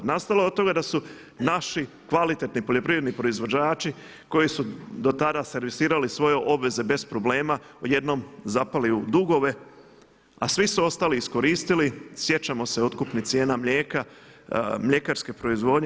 Nastalo je od toga da su naši kvalitetni poljoprivredni proizvođači koji su do tada servisirali svoje obveze bez problema odjednom zapali u dugove a svi su ostali iskoristili sjećamo se otkupnih cijena mlijeka, mljekarske proizvodnje.